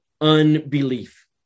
unbelief